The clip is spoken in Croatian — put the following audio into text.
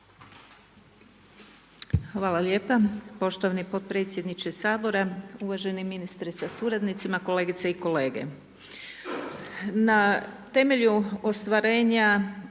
Hvala lijepa, poštovani podpredsjedniče Sabora, uvaženi ministre sa suradnicima, kolegice i kolege. Na temelju ostvarenja